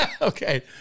Okay